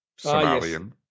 Somalian